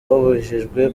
babujijwe